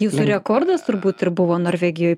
jūsų rekordas turbūt ir buvo norvegijoj